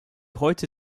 heute